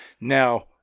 Now